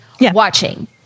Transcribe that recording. watching